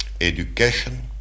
education